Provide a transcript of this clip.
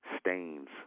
stains